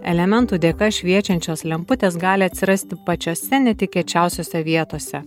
elementų dėka šviečiančios lemputės gali atsirasti pačiose netikėčiausiose vietose